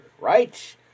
right